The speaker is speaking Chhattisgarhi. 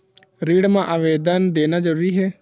ऋण मा आवेदन देना जरूरी हे?